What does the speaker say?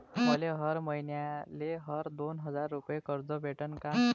मले हर मईन्याले हर दोन हजार रुपये कर्ज भेटन का?